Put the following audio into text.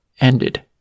ended